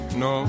no